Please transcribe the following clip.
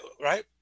right